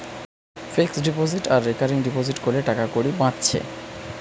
fixed deposit আর recurring deposit কোরলে টাকাকড়ি বাঁচছে